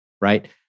Right